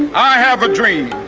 i have a dream.